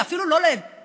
ואפילו לא לבנייה,